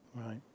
Right